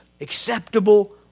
Acceptable